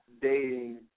dating